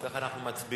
אם כך, אנחנו מצביעים.